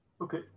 okay